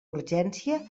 urgència